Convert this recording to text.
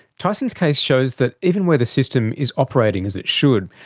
tyson's case shows that even where the system is operating as it should,